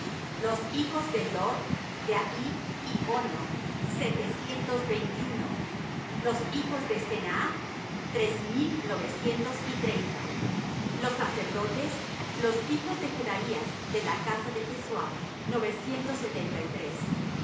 los hijos de lod de hadid y ono setecientos veintiuno los hijos de senaa tres mil novecientos y treinta los sacerdotes los hijos de jedaías de la casa de jesuá novecientos setenta y tres